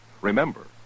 Remember